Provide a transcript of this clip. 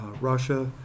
Russia